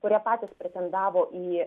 kurie patys pretendavo į